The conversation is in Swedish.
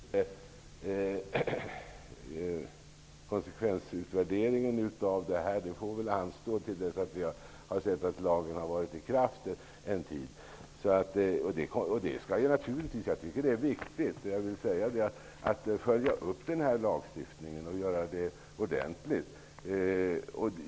Herr talman! Konsekvensutvärderingen av det här får väl anstå tills lagen har varit i kraft en tid. Det skall naturligtvis göras en analys. Det är viktigt att följa upp denna lagstiftning och göra det ordentligt.